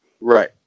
Right